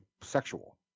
sexual